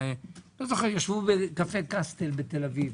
ישבו בקפה קסטל בתל אביב.